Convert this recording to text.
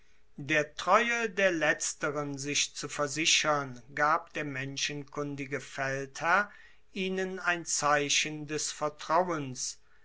der treue der letzteren sich zu versichern gab der menschenkundige feldherr ihnen ein zeichen des vertrauens